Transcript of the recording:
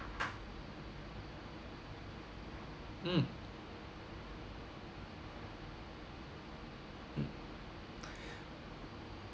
mm